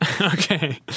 Okay